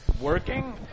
Working